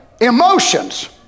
emotions